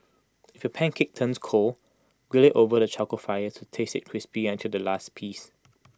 if your pancake turns cold grill IT over the charcoal fire to taste IT crispy until the last piece